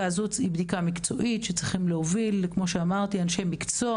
זו בדיקה מקצועית שצריכים להוביל אותה אנשי מקצוע